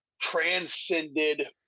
transcended